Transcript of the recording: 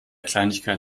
kleinigkeit